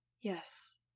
Yes